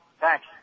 Thanks